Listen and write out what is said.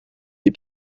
des